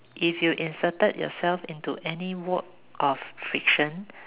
if you inserted yourself into any work of friction